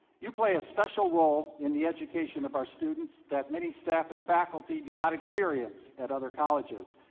you play a special role in the education of our students, that many staff and faculty do not experience at other colleges.